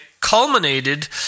culminated